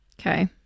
Okay